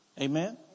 Amen